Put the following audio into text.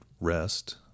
rest